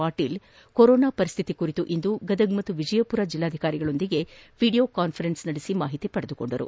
Patil corona ಪರಿಸ್ತಿತಿ ಕುರಿತು ಇಂದು ಗದಗ ಮತ್ತು ವಿಜಯಮರ ಜಲ್ಲಾಧಿಕಾರಿಗಳೊಂದಿಗೆ ಎೕಡಿಯೋ ಕಾನ್ಫರೆನ್ಸ್ ನಡೆಸಿ ಮಾಹಿತಿ ಪಡೆದರು